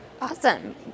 Awesome